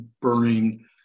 burning